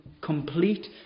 complete